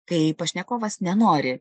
kai pašnekovas nenori